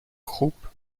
groupe